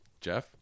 Jeff